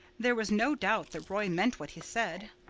there was no doubt that roy meant what he said.